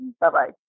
Bye-bye